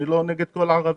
אני לא נגד כל הערבים,